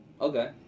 Okay